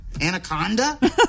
Anaconda